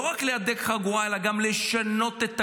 רק להדק חגורה אלא גם לשנות את הגישה,